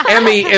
Emmy